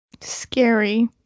Scary